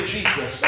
Jesus